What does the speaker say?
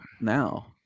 now